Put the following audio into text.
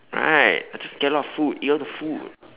right I just get all the food eat all the food